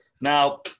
Now